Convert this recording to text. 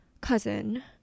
cousin